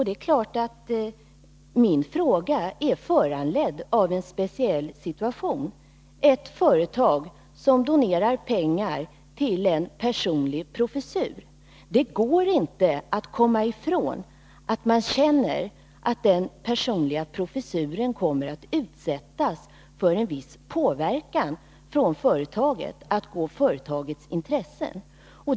Det är klart att min fråga är föranledd av en speciell situation, nämligen av att ett företag donerar pengar till en personlig professur. Jag kan inte komma ifrån en känsla av att innehavaren av den personliga professuren kommer att utsättas för en viss påverkan från företaget, att gå företagets intressen till mötes.